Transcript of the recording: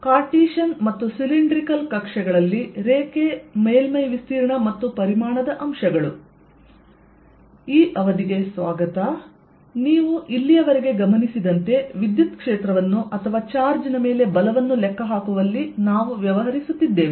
Cartesian ಮತ್ತು ಸಿಲಿಂಡರಾಕಾರದ ಕಕ್ಷೆಗಳಲ್ಲಿ ರೇಖೆ ಮೇಲ್ಮೈ ವಿಸ್ತೀರ್ಣ ಮತ್ತು ಪರಿಮಾಣದ ಅಂಶಗಳು ನೀವು ಇಲ್ಲಿಯವರೆಗೆ ಗಮನಿಸಿದಂತೆ ವಿದ್ಯುತ್ ಕ್ಷೇತ್ರವನ್ನು ಅಥವಾ ಚಾರ್ಜ್ ನ ಮೇಲೆ ಬಲವನ್ನು ಲೆಕ್ಕಹಾಕುವಲ್ಲಿ ನಾವು ವ್ಯವಹರಿಸುತ್ತಿದ್ದೇವೆ